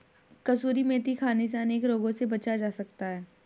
कसूरी मेथी खाने से अनेक रोगों से बचा जा सकता है